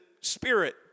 spirit